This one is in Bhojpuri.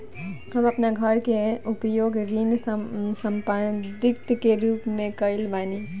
हम आपन घर के उपयोग ऋण संपार्श्विक के रूप में कइले बानी